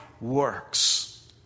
Works